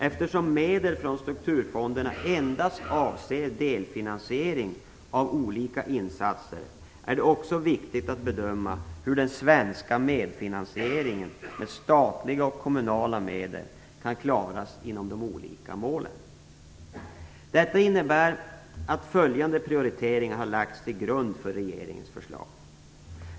Eftersom medel från strukturfonderna endast avser delfinansiering av olika insatser är det också viktigt att bedöma hur den svenska medfinansieringen med statliga och kommunala medel kan klaras inom de olika målen. Detta innebär att följande prioriteringar har lagts till grund för regeringens förslag.